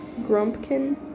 Grumpkin